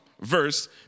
verse